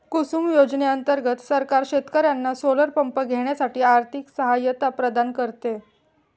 कुसुम योजने अंतर्गत सरकार शेतकर्यांना सोलर पंप घेण्यासाठी आर्थिक सहायता प्रदान करते